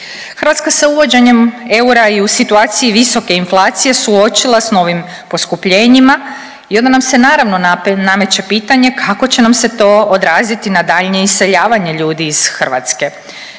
Hrvatska se uvođenjem eura i u situaciji visoke inflacije suočila s novim poskupljenjima i onda nam se naravno nameće pitanje kako će nam se to odraziti na daljnje iseljavanje ljudi iz Hrvatske.